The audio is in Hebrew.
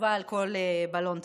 תגובה לחמאס על כל בלון תבערה,